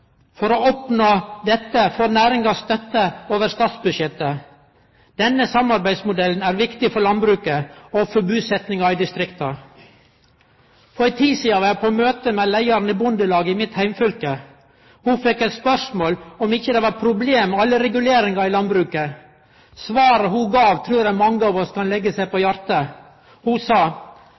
For å oppnå dette får næringa støtte over statsbudsjettet. Denne samarbeidsmodellen er viktig for landbruket og for busetjinga i distrikta. For ei tid sidan var eg på møte med leiaren i Bondelaget i mitt heimfylke. Ho fekk eit spørsmål om det ikkje var problem med alle reguleringane i landbruket. Svaret ho gav, trur eg mange av oss kan leggje seg på hjartet. Ho sa: